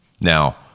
Now